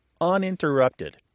uninterrupted